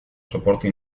soporte